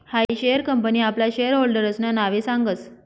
हायी share company आपला share होल्डर्सना नावे सांगस